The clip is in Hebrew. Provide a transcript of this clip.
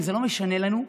זה לא משנה לנו,